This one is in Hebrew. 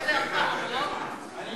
אני